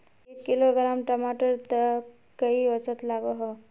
एक किलोग्राम टमाटर त कई औसत लागोहो?